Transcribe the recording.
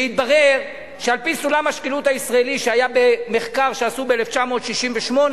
והתברר שעל-פי סולם השקילות הישראלי שהיה במחקר שעשו ב-1968,